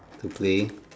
to play